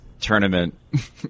tournament